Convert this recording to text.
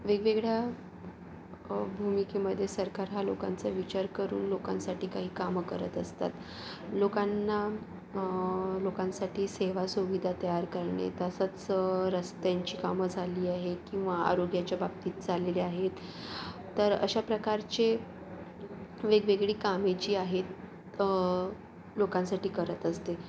वेगवेगळ्या भूमिकेमध्ये सरकार हा लोकांचा विचार करून लोकांसाठी काही कामं करत असतात लोकांना लोकांसाठी सेवासुविधा तयार करणे तसंच रस्त्यांची कामं झाली आहे किंवा आरोग्याच्या बाबतीत चालली आहेत तर अशाप्रकारचे वेगवेगळी कामे जी आहेत लोकांसाठी करत असते